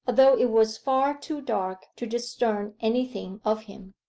although it was far too dark to discern anything of him.